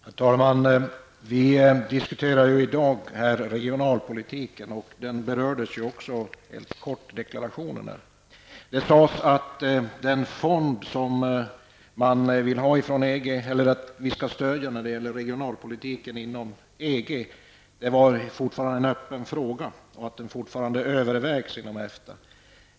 Herr talman! Vi diskuterar här i dag regionalpolitiken, och den berördes ju också helt kort i deklarationen. Det sades att frågan om den fond som man vill att vi skall stödja när det gäller regionalpolitiken inom EG är en öppen fråga, och att den fortfarande övervägs inom EFTA.